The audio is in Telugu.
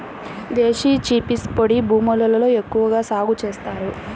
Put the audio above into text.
దేశీ చిక్పీస్ పొడి భూముల్లో ఎక్కువగా సాగు చేస్తారు